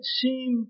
seem